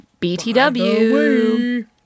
BTW